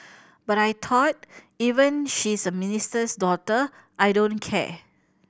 but I thought even she's a minister's daughter I don't care